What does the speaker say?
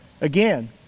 again